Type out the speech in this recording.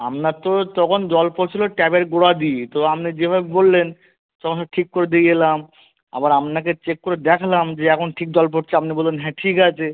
আপনার তো তখন জল পড়ছিলো ট্যাপের গোড়ার দিকে তো আপনি যেভাবে বললেন তো ঠিক করে দিয়ে এলাম আবার আপনাকে চেক করে দেখালাম যে এখন ঠিক জল পড়ছে আপনি বললেন হ্যাঁ ঠিক আছে